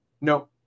No